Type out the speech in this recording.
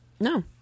No